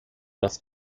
das